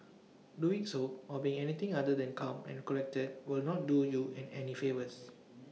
doing so or being anything other than calm and collected will not do you and any favours